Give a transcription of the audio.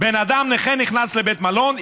בן אדם נכה נכנס לבית מלון,